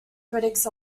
critics